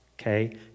Okay